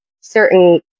certain